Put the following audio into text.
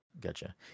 Gotcha